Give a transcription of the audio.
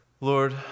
Lord